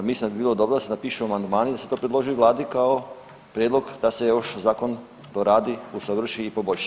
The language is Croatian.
Mislim da bi bilo dobro da se napišu amandmani i da se to predloži vladi kao prijedlog da se još zakon doradi, usavrši i poboljša.